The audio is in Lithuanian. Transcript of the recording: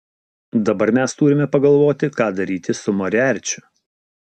dabar mes turime pagalvoti ką daryti su moriarčiu